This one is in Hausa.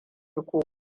ko